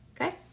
Okay